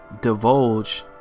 divulge